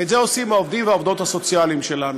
ואת זה עושים העובדים והעובדות הסוציאליים שלנו.